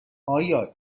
آیا